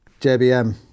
JBM